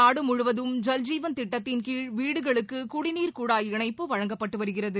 நாடு முழுவதும் ஜல் ஜீவன் திட்டத்தின்கீழ் வீடுகளுக்கு குடிநீர் குழாய் இணைப்பு வழங்கப்பட்டு வருகிறது